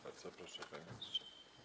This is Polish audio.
Bardzo proszę, panie ministrze.